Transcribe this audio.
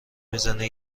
میزنه